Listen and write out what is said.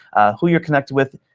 who you're connected with,